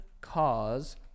cause